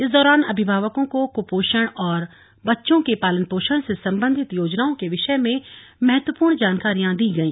इस दौरान अभिभावकों को कृपोषण और बच्चों के पालन पोषण से संबंधित योजनाओं के विषय में महत्वपूर्ण जानकारियां दी गई